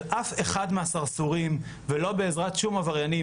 אף אחד מהסרסורים ולא בעזרת שום עבריינים.